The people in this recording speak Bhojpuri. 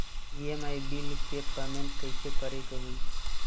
ई.एम.आई बिल के पेमेंट कइसे करे के होई?